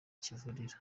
kivurira